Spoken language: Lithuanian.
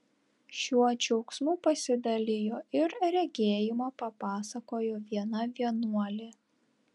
šiuo džiaugsmu pasidalijo ir regėjimą papasakojo viena vienuolė